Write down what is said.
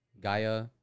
Gaia